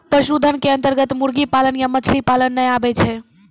पशुधन के अन्तर्गत मुर्गी पालन या मछली पालन नाय आबै छै